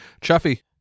Chuffy